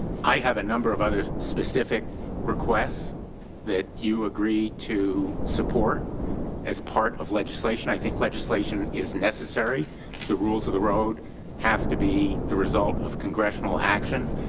i have a number of other specific requests that you agree to support as part of legislation. i think legislation is necessary, the rules of the road have to be the result of congressional action.